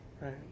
Right